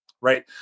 right